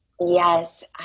Yes